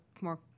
more